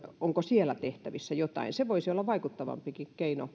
onko siellä tehtävissä jotain se voisi olla vaikuttavampikin keino